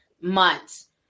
months